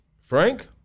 Frank